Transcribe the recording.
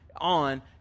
on